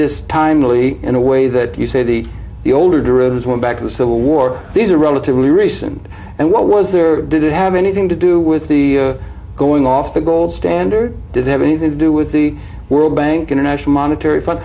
this timely in a way that you say the the old arose went back to the civil war these are relatively recent and what was there did it have anything to do with the going off the gold standard did it have anything to do with the world bank international monetary fun